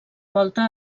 volta